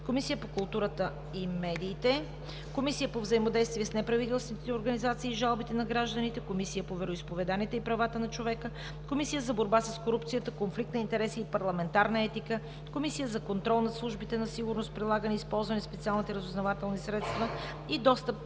Комисията по културата и медиите, Комисията по взаимодействието с неправителствените организации и жалбите на гражданите, Комисията по вероизповеданията и правата на човека, Комисията за борба с корупцията, конфликт на интереси и парламентарна етика, Комисията за контрол над службите за сигурност, прилагането и използването на специалните разузнавателни средства и достъпа